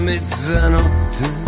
mezzanotte